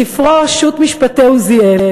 בספרו שו"ת "משפטי עוזיאל"